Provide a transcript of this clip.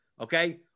Okay